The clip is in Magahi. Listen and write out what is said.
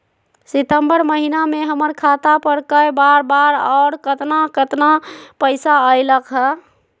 सितम्बर महीना में हमर खाता पर कय बार बार और केतना केतना पैसा अयलक ह?